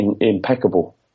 impeccable